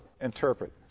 interpret